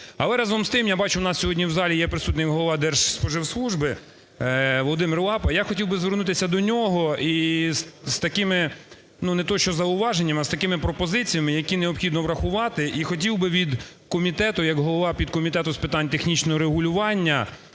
Але разом з тим, я бачу у нас сьогодні в залі є присутній голова Держспоживслужби Володимир Лапа, я хотів би звернутися до нього. І з такими не те, що зауваженнями, а з такими пропозиціями, які необхідно врахувати, і хотів би від комітету як голова підкомітету з питань технічного регулювання,